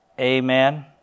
Amen